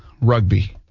rugby